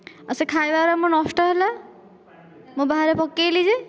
ଆଉ ସେ ଖାଇବାର ମୋର ନଷ୍ଟ ହେଲା ମୁଁ ବାହାରେ ପକେଇଲି ଯେ